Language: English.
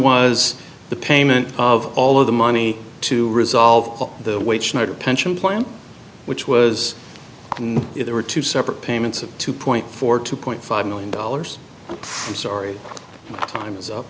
was the payment of all of the money to resolve the weight schneider pension plan which was there were two separate payments of two point four two point five million dollars i'm sorry time i